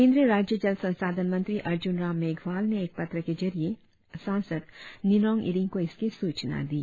केंद्रीय राज्य जल संशाधन मंत्री अजूर्न राम मेघवाल ने एक पत्र के जरिए सांसद निनोंग ईरिंग को इसकी सूचना दी